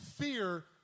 fear